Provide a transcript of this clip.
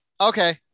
Okay